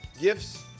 Gifts